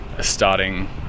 starting